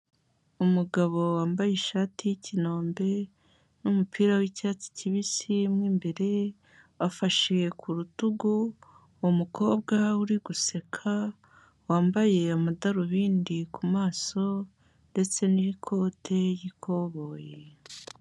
Umugabo wambaye ishati y'ikinombe n'umupira w'icyatsi kibisi, mu imbere afashe ku rutugu umukobwa uri guseka, wambaye amadarubindi ku maso ndetse n'ikote y'ikoboyi.